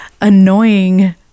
annoying